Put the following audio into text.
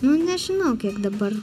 nu nežinau kiek dabar